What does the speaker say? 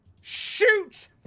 shoot